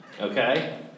Okay